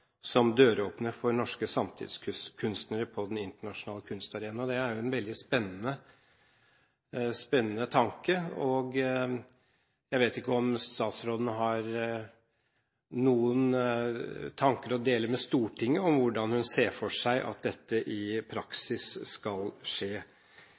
som døråpner for norske samtidskunstnere på den internasjonale kunstarena.» Det er en veldig spennende tanke. Jeg vet ikke om statsråden har noen tanker å dele med Stortinget om hvordan hun ser for seg at dette i